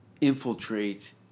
infiltrate